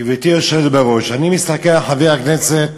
גברתי היושבת בראש, אני מסתכל על חבר הכנסת